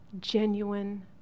Genuine